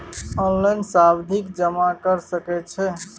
Online सावधि जमा कर सके छिये?